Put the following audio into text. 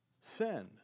sin